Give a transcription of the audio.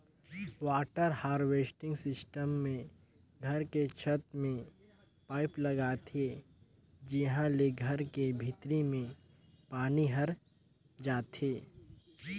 water harvesting system मे घर के छत में पाईप लगाथे जिंहा ले घर के भीतरी में पानी हर जाथे